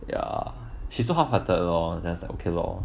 ya she's so half hearted lor just like okay lor